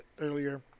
earlier